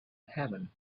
heaven